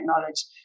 knowledge